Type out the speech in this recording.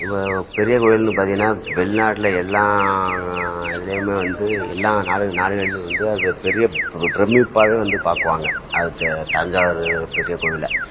இப்போது பெரிய கோயில்னு பார்த்தீங்கன்னா வெளிநாட்டில் எல்லா இதுலேயுமே வந்து எல்லா நாடுகள் நாடுகள்லேயும் வந்து அதை பெரிய பிர பிரமிப்பாகவே வந்து பார்க்குவாங்க அது த தஞ்சாவூர் பெரிய கோவிலை